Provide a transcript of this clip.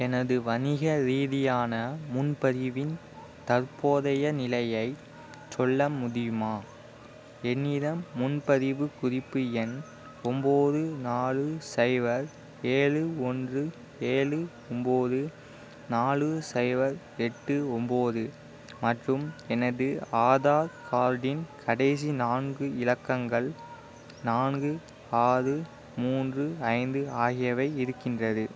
எனது வணிக ரீதியான முன்பதிவின் தற்போதைய நிலையைச் சொல்ல முடியுமா என்னிடம் முன்பதிவு குறிப்பு எண் ஒம்பது நாலு சைபர் ஏழு ஒன்று ஏழு ஒம்பது நாலு சைபர் எட்டு ஒம்பது மற்றும் எனது ஆதார் கார்டின் கடைசி நான்கு இலக்கங்கள் நான்கு ஆறு மூன்று ஐந்து ஆகியவை இருக்கின்றது